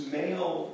male